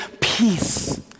peace